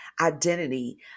identity